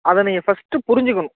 அதை நீங்கள் ஃபஸ்ட்டு புரிஞ்சிக்கணும்